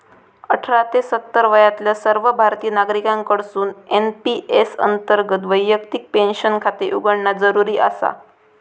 अठरा ते सत्तर वयातल्या सर्व भारतीय नागरिकांकडसून एन.पी.एस अंतर्गत वैयक्तिक पेन्शन खाते उघडणा जरुरी आसा